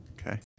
okay